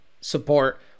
support